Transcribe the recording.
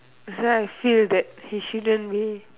that's why I feel that he shouldn't be